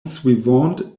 suivante